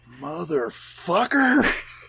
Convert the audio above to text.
Motherfucker